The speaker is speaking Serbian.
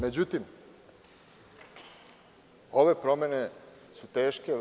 Međutim, ove promene su teške.